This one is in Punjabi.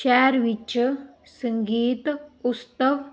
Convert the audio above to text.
ਸ਼ਹਿਰ ਵਿੱਚ ਸੰਗੀਤ ਉਤਸਵ